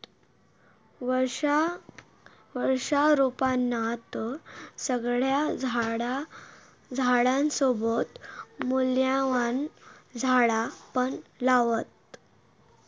वृक्षारोपणात सगळ्या झाडांसोबत मूल्यवान झाडा पण लावतत